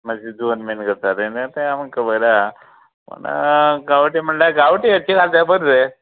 मात्शी जुन मेन घातले ते आमकां खबर आहा पूण गांवठी म्हणल्यार गांवठी येची हाडटा बरें रे